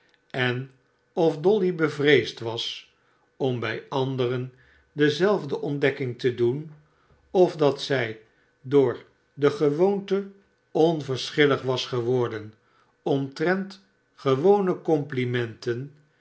en of dolly bevreesd was om bij anderen dezelfde ontdekking te doen of dat zij door de gewoonte pnverschillig was geworden omtrent gewqne complimenten